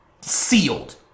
sealed